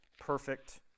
perfect